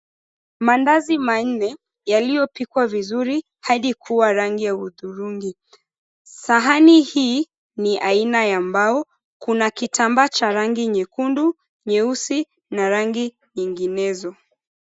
Maandazi manne yaliyopikwa vizuri hadi kuwa rangi ya hudhurungi. Sahani hii ni aina ya mbao. Kuna kitambaa cha rangi nyekundu, nyeusi na rangi nyinginezo.